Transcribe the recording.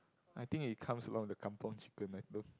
I think it comes along the kampung chicken